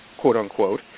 quote-unquote